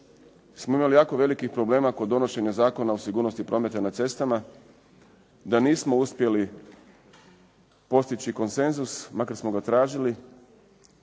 smo imali jako velikih problema kod donošenja Zakona o sigurnosti prometa na cestama, da nismo uspjeli postići konsenzus makar smo ga tražili